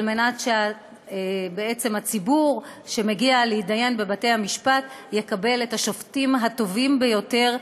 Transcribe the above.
כדי שהציבור שמגיע להידיין בבתי המשפט יקבל את השופטים הטובים ביותר,